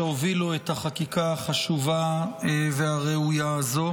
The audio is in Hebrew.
לחברי הכנסת שהובילו את החקיקה החשובה והראויה הזאת.